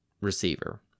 receiver